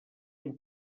amb